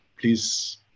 please